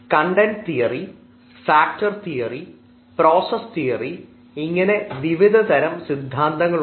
content theory factor theory process theory ഇങ്ങനെ വിവിധതരം സിദ്ധാന്തങ്ങളുണ്ട്